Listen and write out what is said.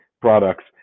products